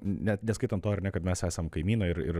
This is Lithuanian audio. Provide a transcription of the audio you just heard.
net neskaitant to ar ne kad mes esam kaimynai ir ir